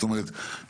זאת אומרת,